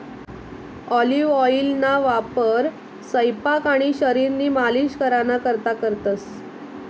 olive ऑइलना वापर सयपाक आणि शरीरनी मालिश कराना करता करतंस